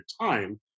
time